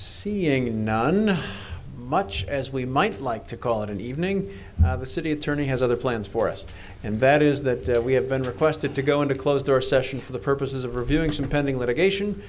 seeing now on much as we might like to call it an evening the city attorney has other plans for us and that is that we have been requested to go into a closed door session for the purposes of reviewing some pending litigation